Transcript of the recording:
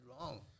wrong